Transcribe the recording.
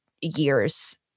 years